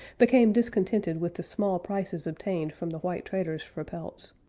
became discontented with the small prices obtained from the white traders for pelts.